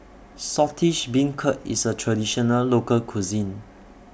Saltish Beancurd IS A Traditional Local Cuisine